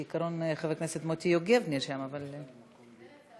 כעיקרון חבר הכנסת מוטי יוגב נרשם, אבל, כן,